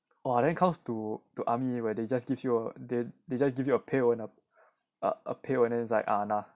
!wah! then comes to army where they just give you a they just give you a pail and a a a pail and then it's like ah nah